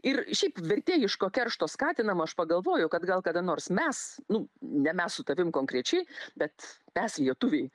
ir šiaip vertėjiško keršto skatinama aš pagalvojau kad gal kada nors mes nu ne mes su tavim konkrečiai bet mes lietuviai